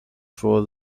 for